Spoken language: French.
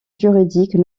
juridiques